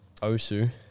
Osu